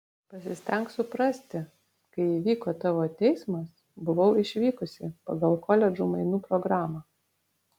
pasistenk suprasti kai įvyko tavo teismas buvau išvykusi pagal koledžų mainų programą